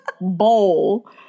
bowl